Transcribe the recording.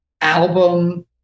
album